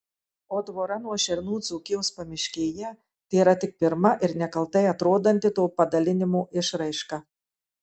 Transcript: o tvora nuo šernų dzūkijos pamiškėje tėra tik pirma ir nekaltai atrodanti to padalinimo išraiška